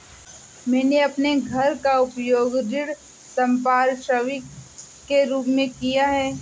मैंने अपने घर का उपयोग ऋण संपार्श्विक के रूप में किया है